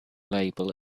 label